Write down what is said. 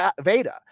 Veda